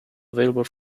available